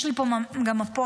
יש לי פה גם מפות,